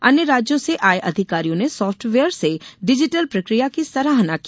अन्य राज्यों से आये अधिकारियों ने सॉफ्टवेयर से डिजीटल प्रक्रिया की सराहना की